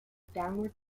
downward